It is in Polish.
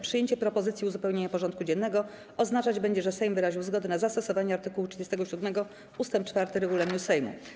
Przyjęcie propozycji uzupełnienia porządku dziennego oznaczać będzie, że Sejm wyraził zgodę na zastosowanie art. 37 ust. 4 regulaminu Sejmu.